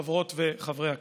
חברות וחברי הכנסת,